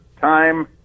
time